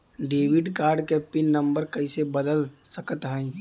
Debit card क pin number कइसे बदल सकत हई?